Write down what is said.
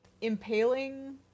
impaling